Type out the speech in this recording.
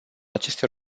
acestei